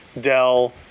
Dell